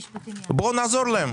בואו נעזור להם.